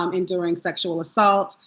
um enduring sexual assault.